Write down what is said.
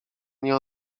nie